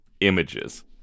images